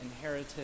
inherited